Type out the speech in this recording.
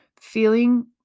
feeling